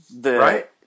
Right